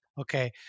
okay